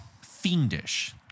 fiendish